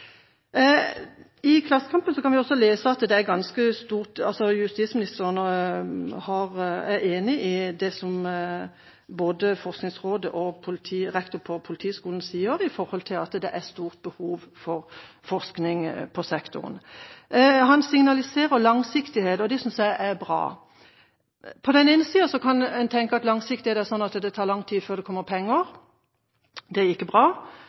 I Klassekampen kan vi også lese at justisministeren er enig i det som både Forskningsrådet og rektor ved Politihøgskolen sier, at det er stort behov for forskning på sektoren. Han signaliserer langsiktighet, og det synes jeg er bra. På den ene siden kan en tenke at langsiktighet innebærer at det tar lang tid før det kommer penger – det er ikke bra.